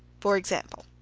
for example,